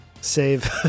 save